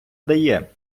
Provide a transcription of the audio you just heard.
дає